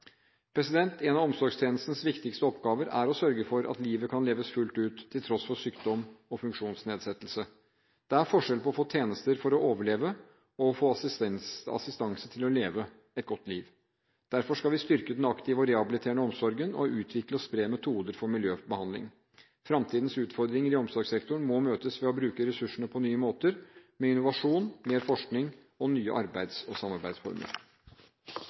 En av omsorgstjenestens viktigste oppgaver er å sørge for at livet kan leves fullt ut, til tross for sykdom og funksjonsnedsettelse. Det er forskjell på å få tjenester for å overleve og å få assistanse til å leve et godt liv. Derfor skal vi styrke den aktive og rehabiliterende omsorgen og utvikle og spre metoder for miljøbehandling. Fremtidens utfordringer i omsorgssektoren må møtes ved å bruke ressursene på nye måter – med innovasjon, mer forskning og nye arbeids- og samarbeidsformer.